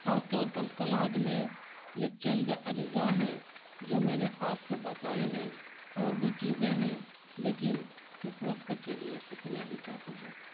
خاص طور پر سلاد میں یہ چند اجزاء ہیں جو میں نے آپ کو بتائے ہیں اور بھی چیزیں ہیں لیکن اس وقت کے لیے اتنا ہی کافی ہے